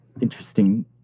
interesting